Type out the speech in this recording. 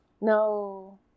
no